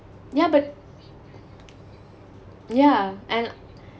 yeah but yeah and